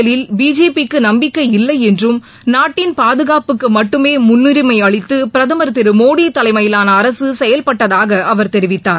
வங்கிஅரசியலில் பிஜேபிக்குநம்பிக்கை வாக்கு இல்லைஎன்றும் நாட்டின் பாதுகாப்புக்குமட்டுமேமுன்னுரிமைஅளித்துபிரதமர் திருமோடிதலைமையிலானஅரசுசெயல்பட்டதாகஅவர் தெரிவித்தார்